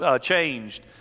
changed